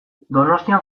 donostian